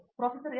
professor S